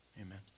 Amen